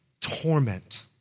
torment